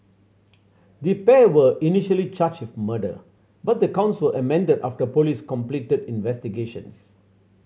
the pair were initially charged with murder but the counts were amended after police completed investigations